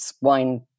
wine